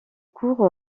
cour